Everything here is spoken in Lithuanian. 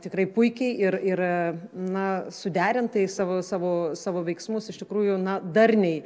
tikrai puikiai ir ir na suderintai savo savo savo veiksmus iš tikrųjų na darniai